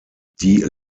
die